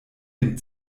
dem